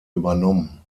übernommen